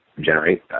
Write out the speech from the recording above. generate